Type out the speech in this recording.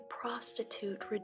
prostitute